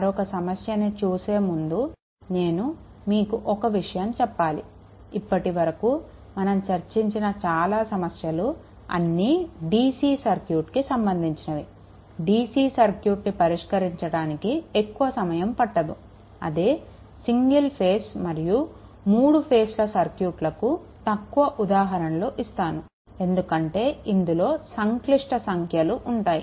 మరొక సమస్యని చూసే ముందు నేను మీకు ఒక విషయం చెప్పాలి ఇప్పటి వరకు మనం చర్చించిన చాలా సమస్యలు అన్నీ DC సర్క్యూట్కి సంబంధించినవి DC సర్క్యూట్ని పరిష్కరించడానికి ఎక్కువ సమయం పట్టదు అదే సింగిల్ ఫేస్ మరియు 3 ఫేస్ల సర్క్యూట్లకు తక్కువ ఉదాహరణలు ఇస్తాను ఎందుకంటే ఇందులో సంక్లిష్ట సంఖ్యలు ఉంటాయి